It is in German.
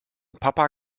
papa